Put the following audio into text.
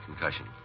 concussion